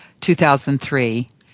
2003